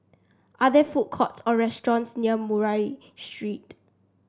are there food courts or restaurants near Murray Street